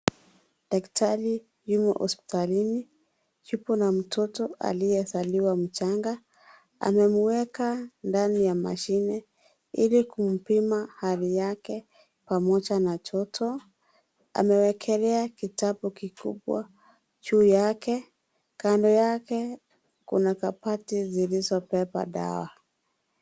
Daktari yumo hospitalini, yupo na mtoto aliyezaliwa mchanga, amemueka ndani ya mashine ili kumpima hali yake pamoja na joto. Amewekelea kitabu kikubwa juu yake, kando yake kuna kabati zilizobeba dawa.